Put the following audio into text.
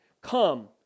Come